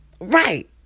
Right